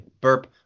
Burp